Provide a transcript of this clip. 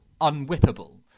unwhippable